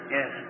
Yes